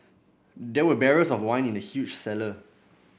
there were barrels of wine in the huge cellar